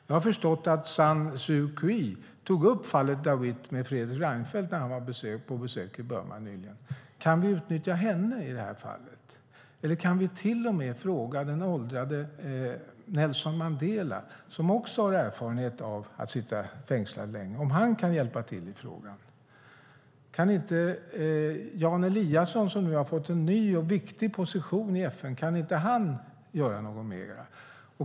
Jag har förstått att Aung San Suu Kyi tog upp fallet Dawit med Fredrik Reinfeldt när han var på besök i Burma nyligen. Kan vi utnyttja henne i det här fallet? Eller kan vi till och med fråga den åldrade Nelson Mandela, som också har erfarenhet av att sitta fängslad länge, om han kan hjälpa till i frågan? Kan inte Jan Eliasson, som nu har fått en ny och viktig position i FN, göra något mer?